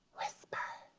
whisper.